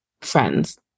friends